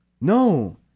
No